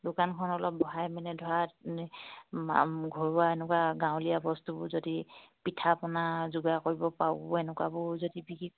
দোকানখন অলপ বহাই মানে ধৰা ঘৰুৱা এনেকুৱা গাঁৱলীয়া বস্তুবোৰ যদি পিঠা পনা যোগাৰ কৰিব পাৰোঁ এনেকুৱাবোৰ যদি বিকি